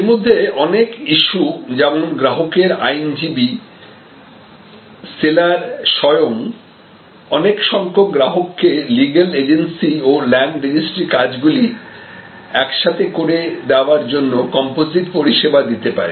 এর মধ্যে অনেক ইস্যু যেমন গ্রাহকের আইনজীবী সেলার স্বয়ং অনেক সংখ্যক গ্রাহককে লিগেল এজেন্সি ও ল্যান্ড রেজিস্ট্রি কাজ গুলি একসাথে করে দেওয়ার জন্য কম্পোজিট পরিষেবা দিতে পারে